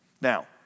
Now